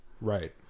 Right